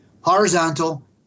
horizontal